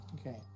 Okay